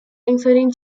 including